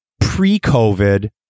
Pre-COVID